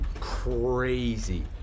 crazy